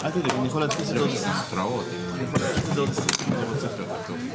לתקופה מצטברת שלא תעלה על כמה?